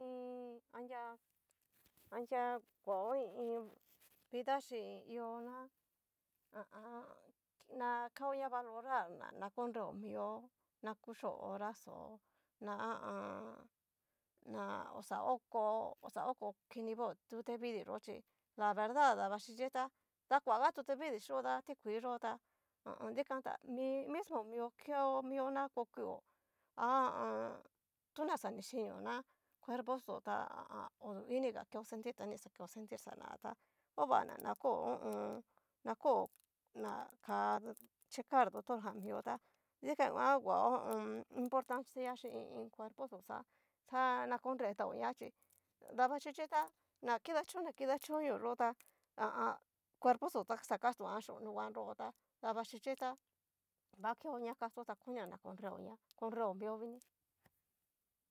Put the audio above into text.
Iin anria koa i iin vida xhi i iho ná ha a an. na na kaoña valoral na an koreo mio, na kuxhio horaxo ña ha a an. na oaxa oko oxa oko kinivo tutevidii yo'o chí la verdad dabaxichi tá, da kuaga tutevidii xió da ti kui yo tá ho o on. ta dikan t a mi mismo mio keo mio na okio, ha a an. tu na xa ni xhinio ná, cuerpoxo tá ha oiniga keo sentir ta ni xa keo sentir xana tá ova na ko ho o on. na ko na ka checar dotor jan mio tá dikan nguan kuao importancia xhi i iin cuerpoxo xa xana konretaoña chí, dabaxhichita na kidachón na kidachonio yo'o tá ha a an. cuerpoxó ta xa kastoan chio nunguan nro tá dabaxhichi ta va queoña kaso ta konia na konreoña koreo mio vini.